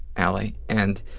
allie, and